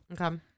Okay